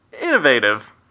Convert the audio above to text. innovative